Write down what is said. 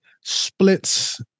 splits